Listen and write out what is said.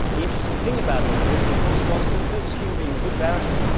the interesting thing about all of this of course was that fergus hume, being a good barrister,